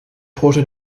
porta